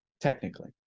Technically